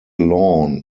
lawn